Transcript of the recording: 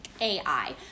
ai